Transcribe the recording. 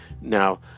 Now